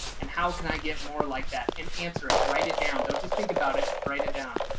and how can i get more like that? and answer it, write it down. don't just think about it, write it down.